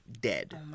dead